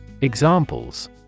Examples